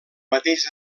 mateix